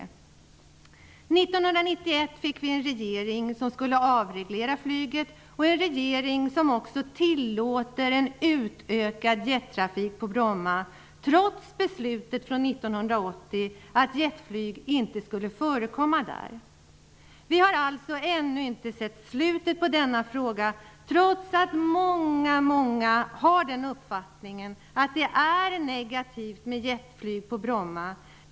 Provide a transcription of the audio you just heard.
År 1991 fick vi en regering som skulle avreglera flyget, och denna regering tillåter också en utökad jettrafik på Bromma -- trots beslutet från 1980 om att jetflyg inte skulle förekomma där. Vi har alltså ännu inte sett slutet på denna fråga trots att många många har uppfattningen att det är negativt med jetflyg på Bromma.